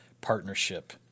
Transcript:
partnership